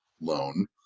loan